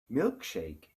milkshake